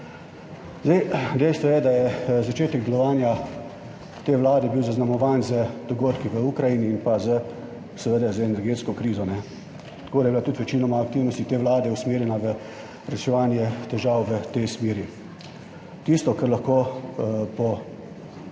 Dejstvo je, da je bil začetek delovanja te vlade zaznamovan z dogodki v Ukrajini in pa z seveda z energetsko krizo, tako da je bila tudi večina aktivnosti te vlade usmerjena v reševanje težav v tej smeri. Tisto, kar lahko po